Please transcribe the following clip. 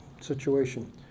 situation